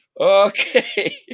Okay